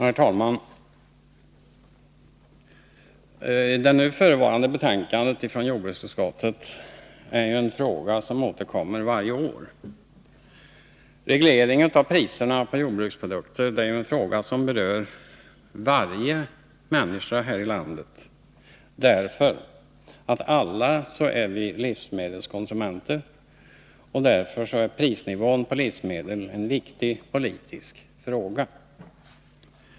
Herr talman! Nu förevarande betänkande från jordbruksutskottet gäller en fråga som återkommer varje år. Reglering av priserna på jordbruksprodukter berör varje människa här i landet, eftersom vi alla är livsmedelskonsumenter. Prisnivån när det gäller livsmedel är därför en viktig politisk fråga.